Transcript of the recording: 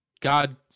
God